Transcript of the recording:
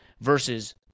versus